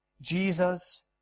Jesus